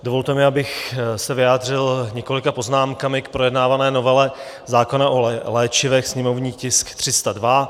Dovolte mi, abych se vyjádřil několika poznámkami k projednávané novele zákona o léčivech, sněmovní tisk 302.